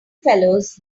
fellows